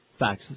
Faxes